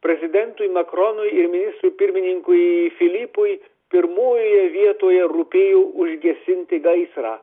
prezidentui makronui ir ministrui pirmininkui filipui pirmojoje vietoje rūpėjo užgesinti gaisrą